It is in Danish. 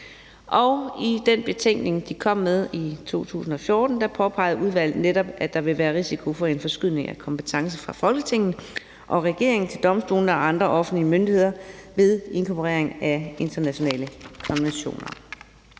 I den betænkning, de kom med i 2014, påpegede udvalget netop, at der ville være risiko for en forskydning af kompetence fra Folketinget og regeringen til domstolene og andre offentlige myndigheder ved inkorporering af internationale konventioner.